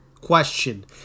Question